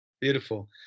beautiful